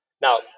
Now